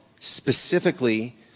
specifically